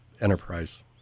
Enterprise